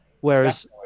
whereas